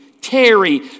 Terry